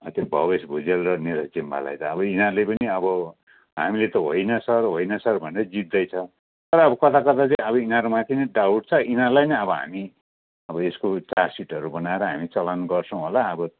त्यो भबिस भुजेल र निरज जिम्बालाई त अब यिनीहरूले पनि अब हामीले त होइन सर होइन सर भनेर जित्दैछ तर अब कता कता चाहिँ अब यिनीहरू माथि नै डाउट छ यिनीहरूलाई नै हामी अब यसको चार्जसिटहरू बनार हामी चलान गर्छौँ होला अब